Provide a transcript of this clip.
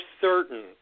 certain